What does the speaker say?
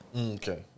Okay